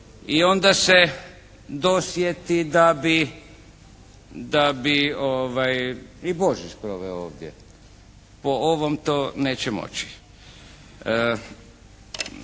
i onda se dosjeti da bi i Božić proveo ovdje. Po ovom to neće moći.